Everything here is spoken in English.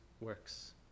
works